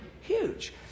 huge